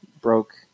broke